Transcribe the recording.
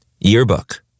Yearbook